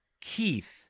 Keith